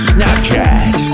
Snapchat